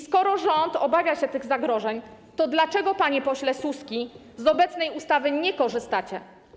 Skoro rząd obawia się tych zagrożeń, to dlaczego, panie pośle Suski, z obecnej ustawy nie korzystacie?